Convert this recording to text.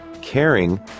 caring